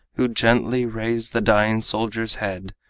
who gently raise the dying soldier's head,